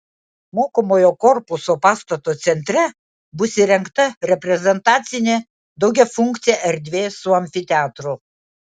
mokomojo korpuso pastato centre bus įrengta reprezentacinė daugiafunkcė erdvė su amfiteatru